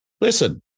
Listen